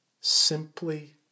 simply